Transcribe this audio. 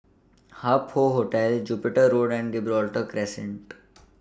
Hup Hoe Hotel Jupiter Road and Gibraltar Crescent